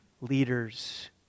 leaders